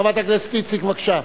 חברת הכנסת איציק, בבקשה.